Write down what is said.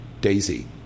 Daisy